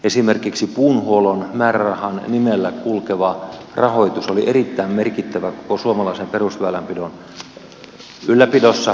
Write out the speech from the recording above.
esimerkiksi puuhuollon määrärahan nimellä kulkeva rahoitus oli erittäin merkittävä koko suomalaisen perusväylänpidon ylläpidossa kunnostamisessa ja rakentamisessa